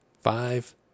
five